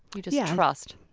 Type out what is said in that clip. you just trust